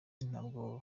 ntabwo